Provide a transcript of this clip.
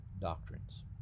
doctrines